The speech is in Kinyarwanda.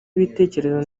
ibitekerezo